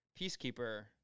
peacekeeper